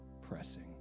pressing